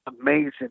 amazing